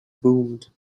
boomed